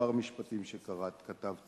כמה משפטים שכתבתי.